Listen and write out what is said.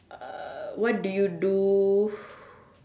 uh what do you do